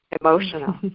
emotional